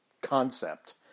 concept